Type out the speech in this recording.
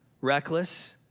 reckless